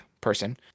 person